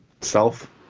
self